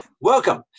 Welcome